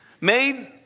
made